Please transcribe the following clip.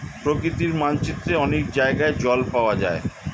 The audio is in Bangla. প্রকৃতির মানচিত্রে অনেক জায়গায় জল পাওয়া যায়